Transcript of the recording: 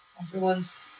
everyone's